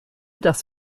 das